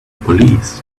police